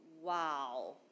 wow